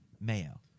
mayo